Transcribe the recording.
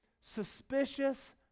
suspicious